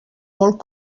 molt